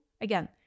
again